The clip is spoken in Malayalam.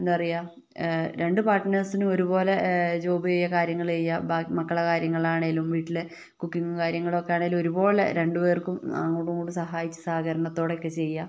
എന്താ പറയുക രണ്ട് പാർട്നെഴ്സിനും ഒരുപോലെ ജോബ് കാര്യങ്ങൾ ചെയ്യാം ബാക്കി മക്കളുടെ കാര്യങ്ങളാണേലും വീട്ടിലെ കുക്കിങും കാര്യങ്ങളും ഒക്കെ ആണേലും ഒരു പോലെ രണ്ടുപേർക്കും അങ്ങോട്ടും ഇങ്ങോട്ടും സഹായിച്ച് സഹകരണത്തോടെയോക്കെ ചെയ്യാം